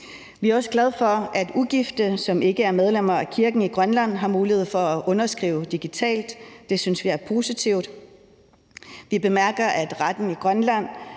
Vi er også glade for, at ugifte, som ikke er medlemmer af Kirken i Grønland, har mulighed for at underskrive digitalt. Det synes vi er positivt. Vi bemærker, at Retten i Grønland